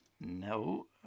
No